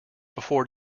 before